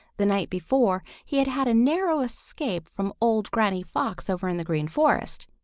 the night before he had had a narrow escape from old granny fox over in the green forest.